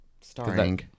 starring